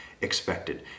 expected